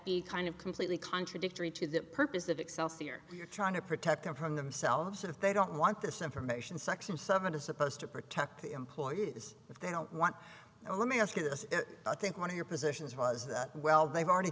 be kind of completely contradictory to the purpose of well see here you're trying to protect them from themselves if they don't want this information section seven is supposed to protect the employer if they don't want let me ask you this i think one of your positions was well they've already